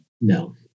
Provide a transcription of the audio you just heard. No